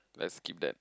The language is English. let's keep that